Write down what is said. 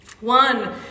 One